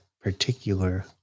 particular